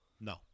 No